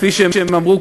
כפי שהם אמרו,